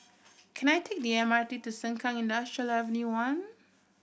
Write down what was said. can I take the M R T to Sengkang Industrial Avenue One